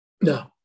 No